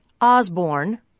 Osborne